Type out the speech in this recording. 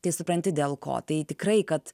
tai supranti dėl ko tai tikrai kad